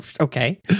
Okay